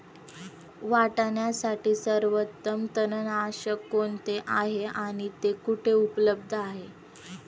वाटाण्यासाठी सर्वोत्तम तणनाशक कोणते आहे आणि ते कुठे उपलब्ध आहे?